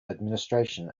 administration